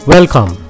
Welcome